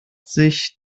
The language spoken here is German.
sich